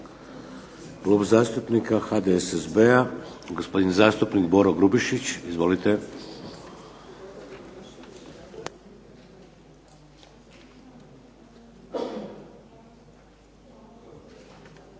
Klub zastupnika HDSSB-a, gospodin zastupnik Boro Grubišić. Izvolite.